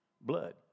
blood